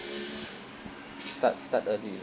start start early